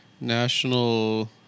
National